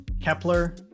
Kepler